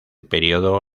período